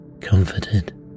comforted